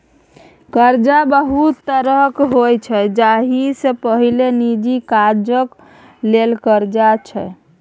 करजा बहुत तरहक होइ छै जाहि मे पहिल निजी काजक लेल करजा छै